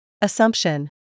assumption